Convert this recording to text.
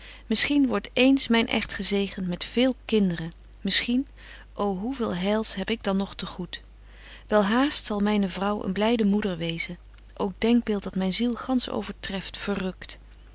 misschien wordt eens myn echt gezegent met véél kindren misschien ô hoe veel heils heb ik dan nog te goed wel haast zal myne vrouw een blyde moeder wezen ô denkbeeld dat myn ziel gansch overtreft verrukt